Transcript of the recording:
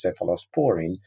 cephalosporin